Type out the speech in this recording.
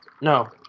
No